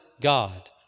God